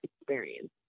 experience